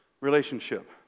relationship